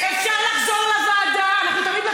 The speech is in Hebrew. לכי על זה.